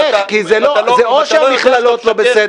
אם אתה לא יודע לא לשקר,